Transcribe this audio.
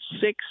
six